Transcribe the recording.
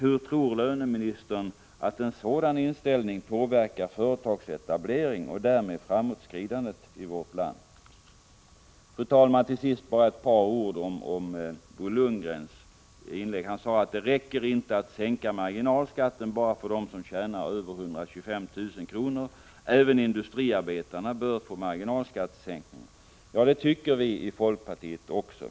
Hur tror löneministern att en sådan inställning påverkar företagsetablering och därmed framåtskridandet i vårt land? Fru talman! Till sist vill jag säga några ord om Bo Lundgrens inledning. Han sade att det inte räcker att sänka marginalskatten bara för dem som tjänar över 125 000 kr., utan även industriarbetarna bör få marginalskattesänkningar. Ja, det tycker vi i folkpartiet också.